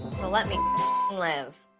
so let me live.